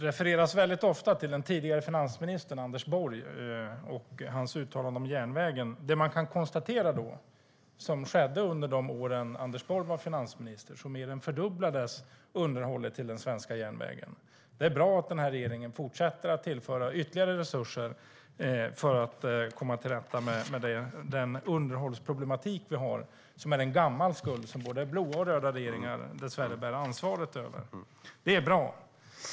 Herr talman! Det refereras ofta till den tidigare finansministern Anders Borg och hans uttalande om järnvägen. Man kan konstatera att under de år som Anders Borg var finansminister mer än fördubblades underhållet av den svenska järnvägen. Det är bra att regeringen fortsätter att tillföra ytterligare resurser för att komma till rätta med den underhållsproblematik vi har, som är en gammal skuld som både blå och röda regeringar dessvärre bär ansvar för. Det är bra.